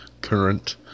current